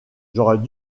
j’aurais